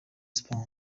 sport